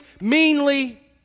meanly